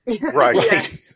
Right